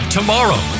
Tomorrow